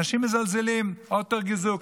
אנשים מזלזלים, האט ער געזאגט.